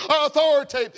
authority